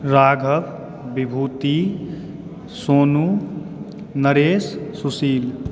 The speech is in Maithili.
राघव बिभूति सोनू नरेश सुशील